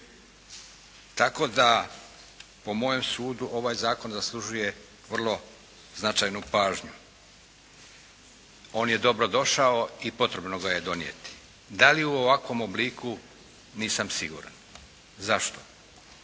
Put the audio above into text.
Tako da po mojem sudu ovaj zakon zaslužuje vrlo značajnu pažnju. On je dobro došao i potrebno ga je donijeti. Da li u ovakvom obliku? Nisam siguran. Zašto?